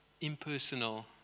impersonal